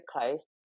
close